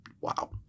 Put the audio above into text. Wow